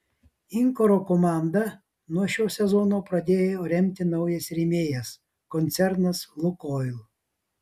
inkaro komandą nuo šio sezono pradėjo remti naujas rėmėjas koncernas lukoil